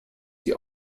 die